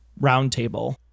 roundtable